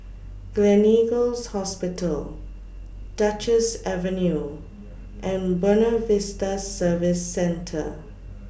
Gleneagles Hospital Duchess Avenue and Buona Vista Service Centre